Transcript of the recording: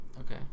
Okay